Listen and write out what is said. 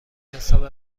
حساب